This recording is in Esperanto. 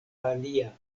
alia